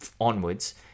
onwards